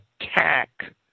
attack